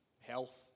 health